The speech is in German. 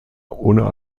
ohne